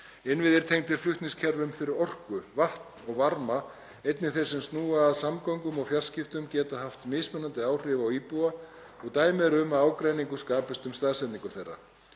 Innviðir tengdir flutningskerfum fyrir orku, vatn og varma, og einnig þeir sem snúa að samgöngum og fjarskiptum, geta haft mismikil áhrif á íbúa og dæmi eru um að ágreiningur skapist um staðsetningu þeirra.